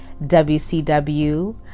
WCW